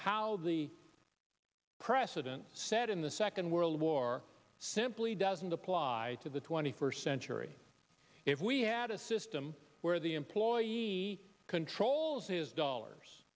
how the precedent set in the second world war simply doesn't apply to the twenty first century if we had a system where the employee controls his dollars